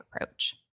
approach